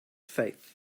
faith